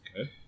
Okay